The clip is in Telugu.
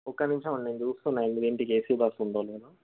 ఒక్క నిమిషం ఉండండి నేను చూస్తున్నాను ఎనిమిదింటికి ఏ సీ బస్సు ఉందోలేదో